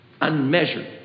Unmeasured